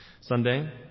Sunday